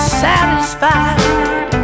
satisfied